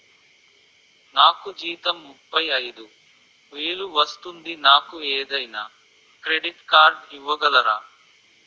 నాకు జీతం ముప్పై ఐదు వేలు వస్తుంది నాకు ఏదైనా క్రెడిట్ కార్డ్ ఇవ్వగలరా?